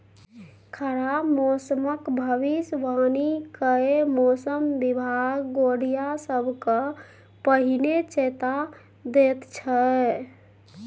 खराब मौसमक भबिसबाणी कए मौसम बिभाग गोढ़िया सबकेँ पहिने चेता दैत छै